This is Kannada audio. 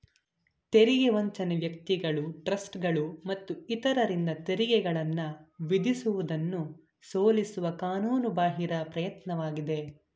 ತೆರಿಗೆ ವಂಚನೆ ವ್ಯಕ್ತಿಗಳು ಟ್ರಸ್ಟ್ಗಳು ಮತ್ತು ಇತರರಿಂದ ತೆರಿಗೆಗಳನ್ನ ವಿಧಿಸುವುದನ್ನ ಸೋಲಿಸುವ ಕಾನೂನು ಬಾಹಿರ ಪ್ರಯತ್ನವಾಗಿದೆ